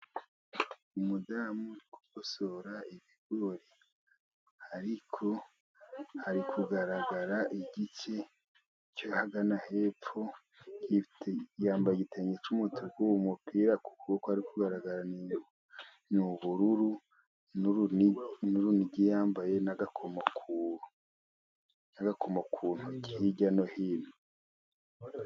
Umudamu uri kugosora ibigori, ariko hari kugaragara igice cy'ahagana hepfo. Yambaye igitenge cy'umutuku, umupira ku kuboko ahari kugaragara n'ubururu n'urunigi yambaye, n'agakomo ku kaboko ko hirya no hino.